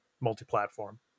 multi-platform